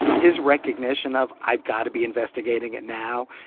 his recognition of i've got to be investigating it now,